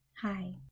Hi